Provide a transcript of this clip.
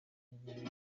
byari